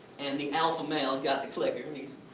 and the alpha male has got the clicker, he's.